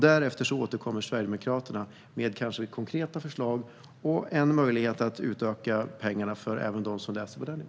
Därefter återkommer kanske Sverigedemokraterna med konkreta förslag om en möjlighet att utöka pengarna även för dem som läser på den nivån.